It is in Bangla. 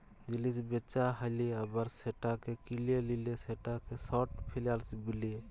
জিলিস বেচা হ্যালে আবার সেটাকে কিলে লিলে সেটাকে শর্ট ফেলালস বিলে